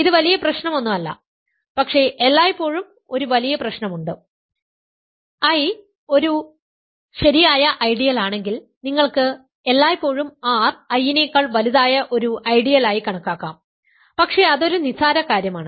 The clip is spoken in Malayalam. ഇതു വലിയ പ്രശ്നം ഒന്നുമല്ല പക്ഷേ എല്ലായ്പ്പോഴും ഒരു വലിയ പ്രശ്നമുണ്ട് I ഒരു ശരിയായ ഐഡിയലാണെങ്കിൽ നിങ്ങൾക്ക് എല്ലായ്പ്പോഴും R I നെക്കാൾ വലുതായ ഒരു ഐഡിയലായി കണക്കാക്കാം പക്ഷേ അത് ഒരു നിസ്സാര കാര്യമാണ്